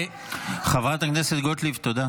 חבר הכנסת הרצנו ממתי ההרשעה האחרונה?